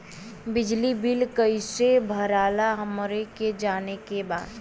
बिजली बिल कईसे भराला हमरा के जाने के बा?